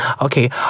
Okay